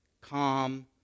Calm